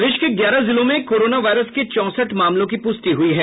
प्रदेश के ग्यारह जिलों में कोरोना वायरस के चौंसठ मामलों की पुष्टि हुई है